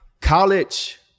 college